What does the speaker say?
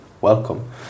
welcome